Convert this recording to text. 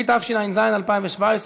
התשע"ז 2017,